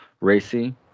racy